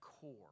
core